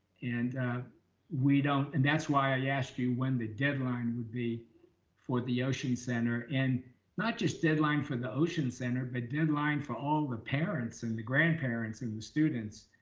and we don't. and that's why i asked you when the deadline would be for the ocean center and not just deadline for the ocean center, but deadline for all the parents and the grandparents and the students.